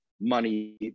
money